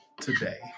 today